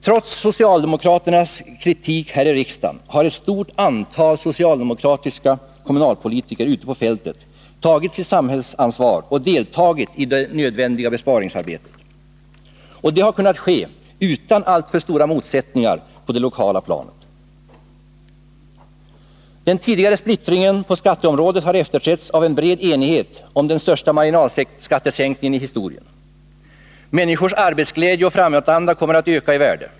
Trots socialdemokraternas kritik här i riksdagen har ett stort antal socialdemokratiska kommunalpolitiker ute på fältet tagit sitt samhällsansvar och deltagit i det nödvändiga besparingsarbetet, och det har kunnat ske utan alltför stora motsättningar på det lokala planet. Den tidigare splittringen på skatteområdet har efterträtts av en bred enighet om den största marginalskattesänkningen i historien. Människors arbetsglädje och framåtanda kommer att öka i värde.